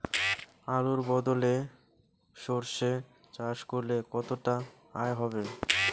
আলুর বদলে সরষে চাষ করলে কতটা আয় হবে?